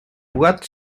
boîtes